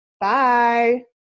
Bye